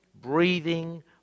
breathing